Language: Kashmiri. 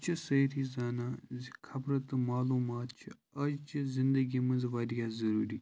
أسۍ چھِ سٲری زانان زِ خبرٕ تہٕ معلوٗمات چھِ اَز چہِ زِندگی منٛز واریاہ ضٔروٗری